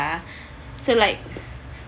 so like